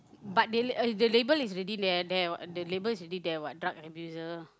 but the l~ the label is already there there what that label is already there what drug abuser